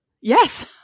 Yes